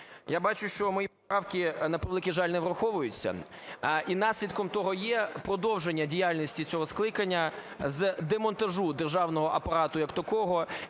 Я бачу, що мої правки, на превеликий жаль, не враховуються. І наслідком того є продовження діяльності цього скликання з демонтажу державного апарату як такого